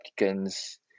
applicants